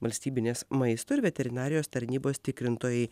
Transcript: valstybinės maisto ir veterinarijos tarnybos tikrintojai